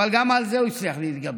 אבל גם על זה הוא הצליח להתגבר.